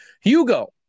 Hugo